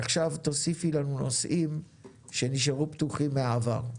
עכשיו, תוסיפי לנו נושאים שנשארו פתוחים מהעבר.